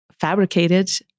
fabricated